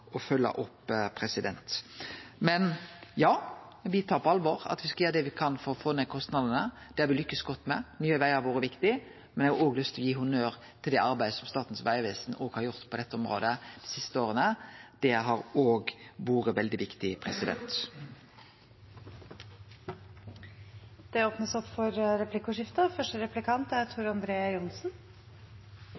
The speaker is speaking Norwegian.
skal gjere det me kan for å få ned kostnadene. Det har me lykkast godt med. Nye Vegar har vore viktig, men eg har òg lyst til å gi honnør til det arbeidet Statens vegvesen har gjort på dette området dei siste åra. Det har òg vore veldig viktig. Det blir replikkordskifte. Et av miljøhensynene som skal tas og vel kommer til å bli tatt fortsatt, dreier seg om kulturminner. Kulturminner er